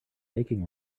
making